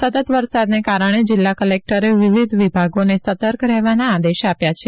સતત વરસાદને કારણે જિલ્લા ક્લેક્ટરે વિવિધ વિભાગોને સતર્ક રહેવાના આદેશ આપ્યા છે